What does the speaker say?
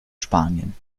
spanien